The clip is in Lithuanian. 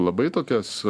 labai tokias